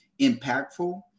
impactful